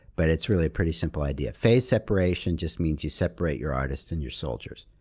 but it's really a pretty simple idea. phase separation just means you separate your artists and your soldiers.